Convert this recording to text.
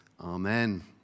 Amen